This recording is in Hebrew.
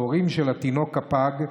ההורים של התינוק הפג,